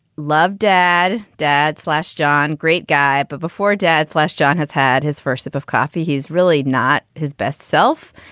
love dad, dad, slash john great guy. but before dads left, john has had his first sip of coffee. he's really not his best self.